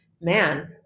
man